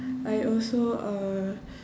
I also uh